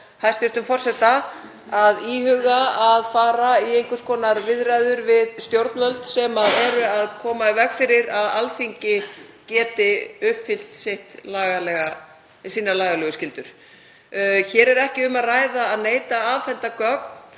hæstv. forseta að íhuga að fara í einhvers konar viðræður við stjórnvöld sem koma í veg fyrir að Alþingi geti uppfyllt sínar lagalegu skyldur. Hér er ekki um að ræða að neita að afhenda gögn